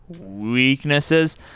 weaknesses